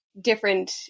different